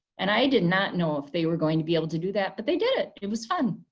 and i did not know if they were going to be able to do that but they did it, it was fun.